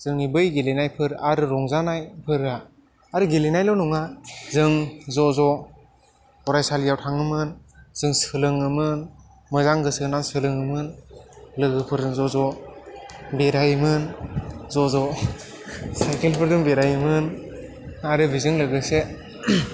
जोंनि बै गेलेनायफोर आरो रंजानायफोरा आरो गेलेनायल' नङा जों ज'ज' फरायसालियाव थाङोमोन जों सोलोङोमोन मोजां गोसो होनानै सोलोङोमोन लोगोफोरजों ज'ज' बेरायोमोन ज'ज' चाइकेलफोरजों बेरायोमोन आरो बिजों लोगोसे